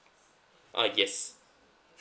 uh yes